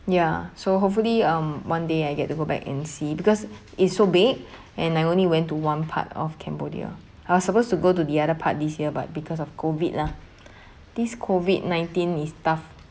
ya so hopefully um one day I get to go back and see because it's so big and I only went to one part of cambodia I was supposed to go to the other part this year but because of COVID lah this COVID nineteen is tough